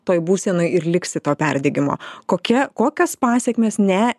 toj būsenoj ir liksi to perdegimo kokia kokios pasekmės ne